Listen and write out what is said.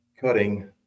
cutting